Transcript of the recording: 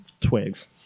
twigs